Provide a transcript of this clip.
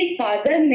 father